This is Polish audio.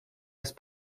jest